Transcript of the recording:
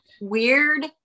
Weird